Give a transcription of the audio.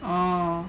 oh